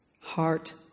heart